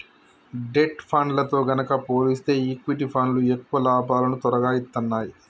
debt ఫండ్లతో గనక పోలిస్తే ఈక్విటీ ఫండ్లు ఎక్కువ లాభాలను తొరగా ఇత్తన్నాయి